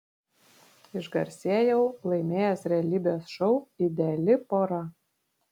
išgarsėjau laimėjęs realybės šou ideali pora